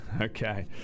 Okay